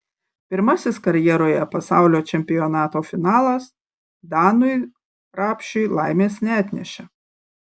pirmasis karjeroje pasaulio čempionato finalas danui rapšiui laimės neatnešė